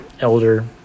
elder